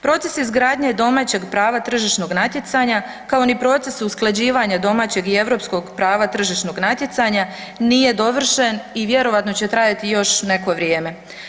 Proces izgradnje domaćeg prava tržišnog natjecanja, kao ni proces usklađivanja domaćeg i europskog prava tržišnog natjecanja nije dovršen i vjerojatno će trajati još neko vrijeme.